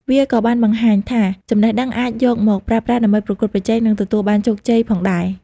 វាក៏បានបង្ហាញថាចំណេះដឹងអាចយកមកប្រើប្រាស់ដើម្បីប្រកួតប្រជែង និងទទួលបានជោគជ័យផងដែរ។